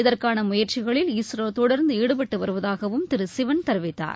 இதற்கான முயற்சிகளில் இஸ்ரோ தொடர்ந்து ஈடுபட்டு வருவதாகவும் திரு சிவன் தெரிவித்தார்